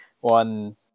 one